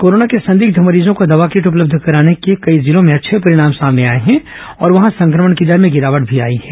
corona के संदिग्ध मरीजों को दवा किट उपलब्ध कराने के कई जिलों में अच्छे परिणाम आए हैं और वहां संक्रमण की दर में गिरावट आई है